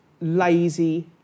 lazy